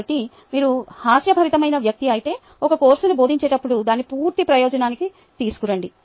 కాబట్టి మీరు హాస్యభరితమైన వ్యక్తి అయితే ఒక కోర్సును బోధించేటప్పుడు దాన్ని పూర్తి ప్రయోజనానికి తీసుకురండి